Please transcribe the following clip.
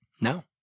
No